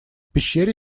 пещере